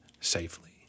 safely